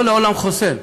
לא לעולם חוסן,